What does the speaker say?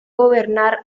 gobernar